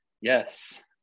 Yes